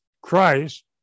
Christ